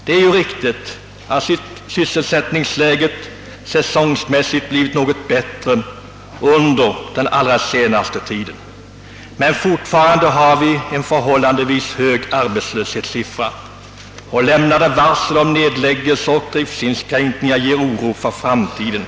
Det är riktigt att sysselsättningsläget säsongsmässigt blivit något bättre under den allra senaste tiden, men fortfarande har vi en förhållandevis hög arbetslöshetssiffra, och lämnade varsel om nedläggningar och driftsinskränkningar inger oro för framtiden.